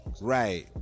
right